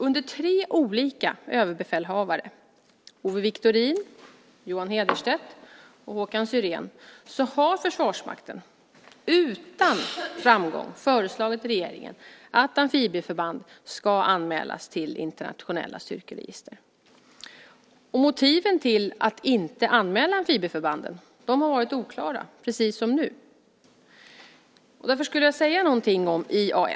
Under tre olika överbefälhavare - Owe Wiktorin, Johan Hederstedt och Håkan Syrén - har Försvarsmakten utan framgång föreslagit regeringen att amfibieförband ska anmälas till internationella styrkeregistret. Motiven till att inte anmäla amfibieförbanden har varit oklara, precis som nu. Jag ska därför säga något om IAS.